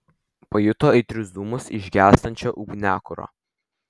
pajuto aitrius dūmus iš gęstančio ugniakuro